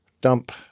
dump